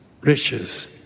Riches